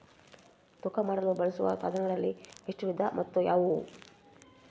ತೂಕ ಮಾಡಲು ಬಳಸುವ ಸಾಧನಗಳಲ್ಲಿ ಎಷ್ಟು ವಿಧ ಮತ್ತು ಯಾವುವು?